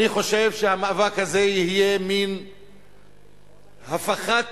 אני חושב שהמאבק הזה יהיה מין הפחת תקוות,